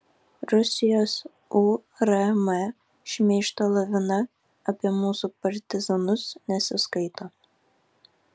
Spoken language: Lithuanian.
rusijos urm šmeižto lavina apie mūsų partizanus nesiskaito